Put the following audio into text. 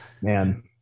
man